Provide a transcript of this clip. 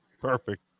Perfect